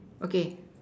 okay